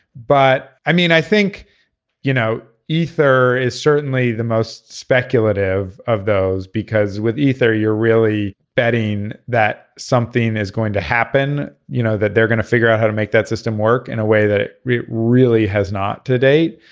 but i mean i think you know ether is certainly the most speculative of those because with ether you're really betting that something is going to happen. you know that they're gonna figure out how to make that system work in a way that really has not to date.